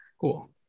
Cool